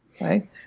right